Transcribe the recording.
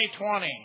2020